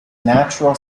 natural